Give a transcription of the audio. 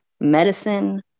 medicine